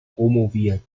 promoviert